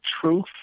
truth